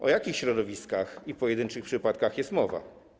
O jakich środowiskach i pojedynczych przypadkach jest mowa?